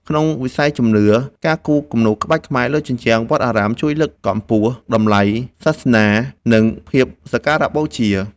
ក្នុងវិស័យជំនឿ ការគូរគំនូរក្បាច់ខ្មែរលើជញ្ជាំងវត្តអារាមជួយលើកកម្ពស់តម្លៃសាសនា និងភាពសក្ការៈបូជា។